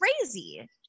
crazy